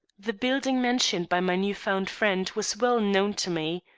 the building mentioned by my new-found friend was well known to me.